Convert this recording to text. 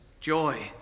joy